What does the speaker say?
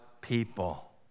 people